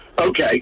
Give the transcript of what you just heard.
Okay